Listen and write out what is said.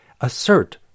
assert